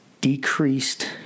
decreased